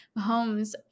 Mahomes